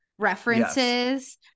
references